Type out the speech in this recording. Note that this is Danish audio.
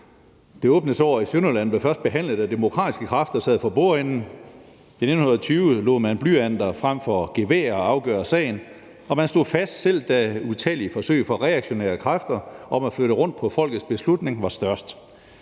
Det åbne sår i Sønderjylland blev først behandlet, da demokratiske kræfter sad for bordenden. I 1920 lod man blyanter frem for geværer afgøre sagen, og man stod fast, selv da utallige forsøg fra reaktionære kræfter på at flytte rundt på folkets beslutning var størst.